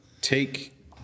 take